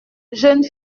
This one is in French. jeune